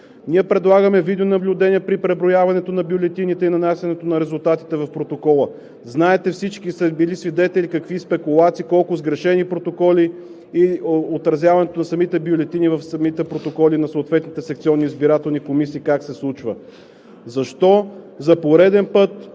Ние предлагаме видеонаблюдение при преброяването на бюлетините и нанасянето на резултатите в протокола. Знаете – всички сме били свидетели, какви спекулации, колко сгрешени протоколи при отразяването на самите бюлетини в протоколите на съответните секционни избирателни комисии – как се случва. Защо за пореден път